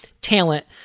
talent